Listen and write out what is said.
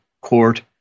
court